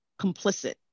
complicit